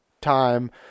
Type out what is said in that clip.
time